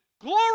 Glory